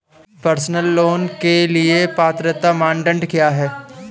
Personal loan के लिए पात्रता मानदंड क्या हैं?